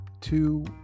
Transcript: two